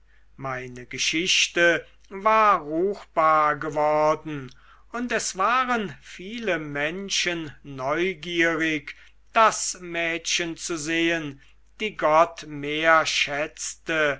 meine geschichte war ruchtbar geworden und es waren viele menschen neugierig das mädchen zu sehen die gott mehr schätzte